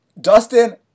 Dustin